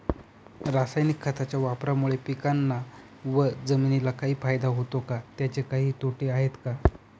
रासायनिक खताच्या वापरामुळे पिकांना व जमिनीला काही फायदा होतो का? त्याचे काही तोटे आहेत का?